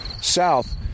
south